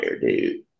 dude